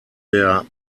der